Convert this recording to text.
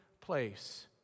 place